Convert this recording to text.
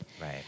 Right